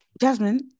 Jasmine